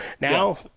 Now